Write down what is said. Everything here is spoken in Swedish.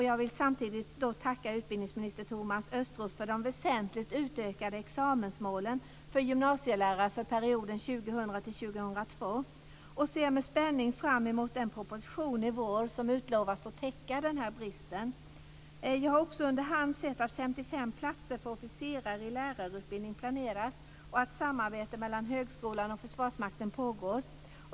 Jag vill tacka utbildningsminister Thomas Östros för de väsentligt utökade examensmålen för gymnasielärare för perioden 2000-2002, och ser med spänning fram emot den proposition i vår där man lovar att täcka den här bristen. Jag har också under hand sett att 55 platser för officerare i lärarutbildning planeras och att samarbete mellan högskolan och Försvarsmakten pågår.